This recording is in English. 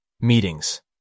Meetings